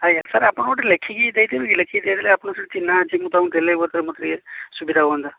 ଆଜ୍ଞା ସାର୍ ଆପଣ ଗୋଟେ ଲେଖିକି ଦେଇ ଦେବେ କି ଲେଖିକି ଦେଇ ଦେଲେ ଆପଣଙ୍କର ଚିହ୍ନା ଅଛି ମୁଁ ତାଙ୍କୁ ଦେଲେ ମୋତେ ଟିକେ ସୁବିଧା ହୁଅନ୍ତା